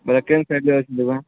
ବେଲେ କେନ୍ ସାଇଡ଼୍ରେ ଅଛେ ଦୁକାନ୍